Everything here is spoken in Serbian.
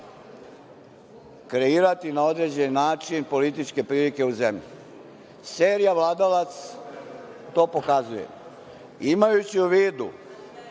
kreirati na određeni način političke prilike u zemlji. Serija „Vladalac“ to pokazuje. Imajući u vidu